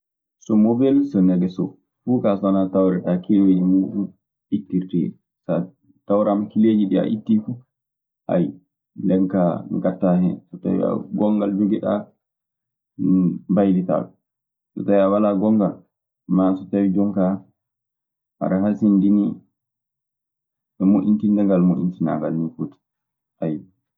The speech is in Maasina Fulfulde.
So mobel, so negesoo, fuu kaa so wanaa tawreɗaa kileeji muuɗun ittirteeɗi. So a tawraama killeeji ɗii a ittii fu, haya nden kaa ngaɗtaa hen. So tawii gongal njogi ɗaa, mbaylitaa. So tawii a walaa gongal maa so tawii jonkaa aɗe hasindinii e moƴƴitinde ngal, moƴƴitinaangal. Nii foti.